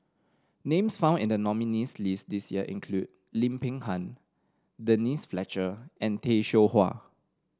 names found in the nominees' list this year include Lim Peng Han Denise Fletcher and Tay Seow Huah